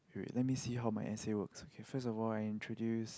let me see how my essay works okay first of all I introduce